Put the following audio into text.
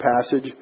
passage